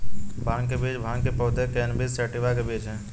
भांग के बीज भांग के पौधे, कैनबिस सैटिवा के बीज हैं